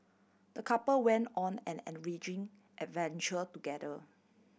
the couple went on an enriching adventure together